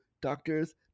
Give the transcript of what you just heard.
doctors